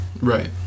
Right